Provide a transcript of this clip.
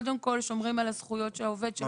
שקודם כל שומרים על הזכויות של העובד.